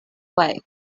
why